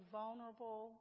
vulnerable